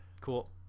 cool